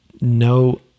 no